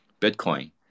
Bitcoin